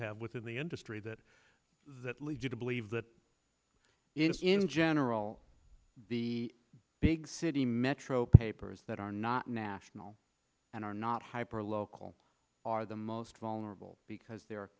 have within the industry that that leads you to believe that in general the big city metro papers that are not national and are not hyper local are the most vulnerable because they're